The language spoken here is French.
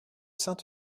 saint